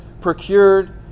procured